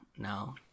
No